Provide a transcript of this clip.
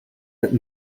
that